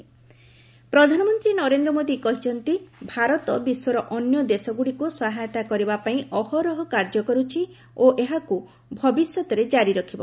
India ଆସିଷ୍ଟାନୁ ପ୍ରଧାନମନ୍ତ୍ରୀ ନରେନ୍ଦ୍ର ମୋଦୀ କହିନ୍ତି ଭାରତ ବିଶ୍ୱର ଅନ୍ୟଦେଶଗୁଡ଼ିକୁ ସହାୟତା କରିବା ପାଇଁ ଅହରହ କାର୍ଯ୍ୟ କରୁଛି ଓ ଏହାକୁ ଭବିଷ୍ୟତରେ ଜାରି ରଖିବ